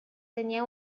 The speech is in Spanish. tenía